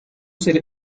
ser